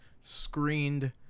screened